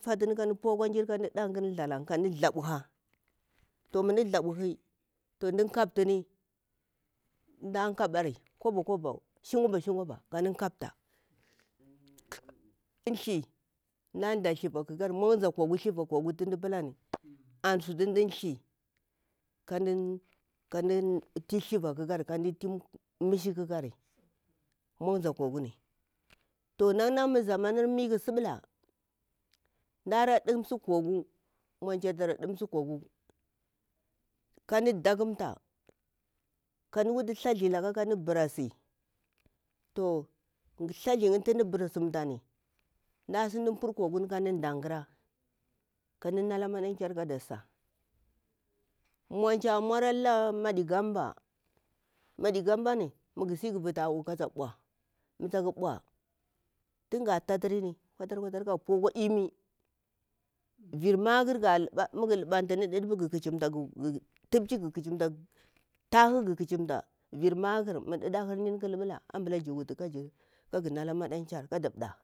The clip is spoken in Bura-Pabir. fatuni ka mda pu akwa jir kamdu dan ƙara thalang mu mda thabheni tunda keptini mda ƙaɓari, kobo kobo shin kobo ka mda kamta ka mda thi mu da dah thiva monza kogu thiva kogu to mji pilani ansu tu mda thi ka mda ti thiva ƙakari, misha ƙakari monza koguni nanna mu zamanir mi ƙa siɓula mda ara ɗimsi kogu monci ara ɗimsi kogu kamda dakumta kamdu wutu thathi kamdu brasi toh thalthi yinni tu mda brazimtani mda sintu pur koguni kan mda ɗanƙara kamdu nala maɗanƙyar kada sa monci a maura la madigamba madigambani mu gasi ga vutuni ata u kata ɓau mu tak ɓau tunga taturini kutur kutur akwa imi vir vir maƙar ƙiƙipu gu ƙa chimta tahi gu ka chimta vir maƙar mu ƙuƙahurni kukura luɓula ambula jir wutu ka nala maɗanƙyar kada ɗah.